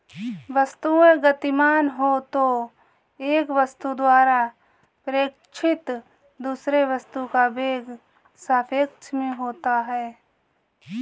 वस्तुएं गतिमान हो तो एक वस्तु द्वारा प्रेक्षित दूसरे वस्तु का वेग सापेक्ष में होता है